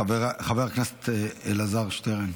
חבר הכנסת אלעזר שטרן.